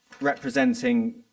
representing